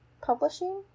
Publishing